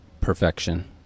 perfection